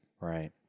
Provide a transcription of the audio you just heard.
right